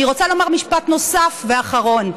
אני רוצה לומר משפט נוסף ואחרון.